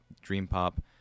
dream-pop